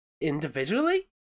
individually